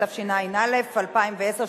התשע"א 2010,